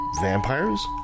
vampires